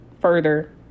further